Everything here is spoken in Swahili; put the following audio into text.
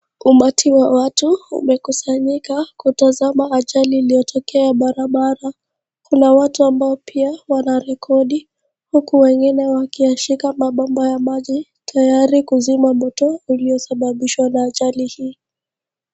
Umati wa watu umekusanyika kutazama ajali uliyotokea barabara . Kuna watu ambao pia wanarekodi huku wengine wakiyashika mapambu ya maji tayari kuzima Moto, uliosababishwa na ajali hii.